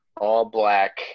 all-black